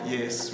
Yes